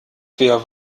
wer